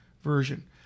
version